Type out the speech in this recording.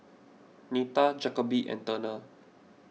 Nita Jacoby and Turner